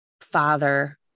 Father